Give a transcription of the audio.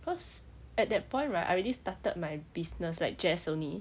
cause at that point right I already started my business like just only